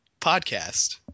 podcast